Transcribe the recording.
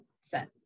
set